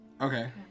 Okay